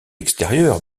extérieur